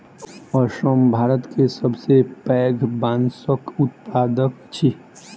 असम भारत के सबसे पैघ बांसक उत्पादक अछि